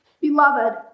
Beloved